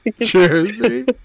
jersey